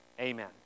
Amen